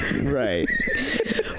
Right